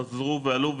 חזרו ועלו,